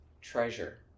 treasure